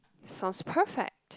sounds perfect